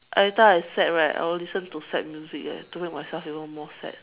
every time I sad right I will listen to sad music eh to take myself even more sad